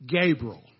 Gabriel